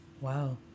Wow